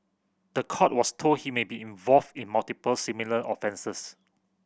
the court was told he may be involved in multiple similar offences